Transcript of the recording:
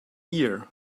year